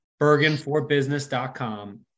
bergenforbusiness.com